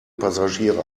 passagiere